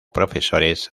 profesores